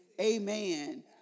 Amen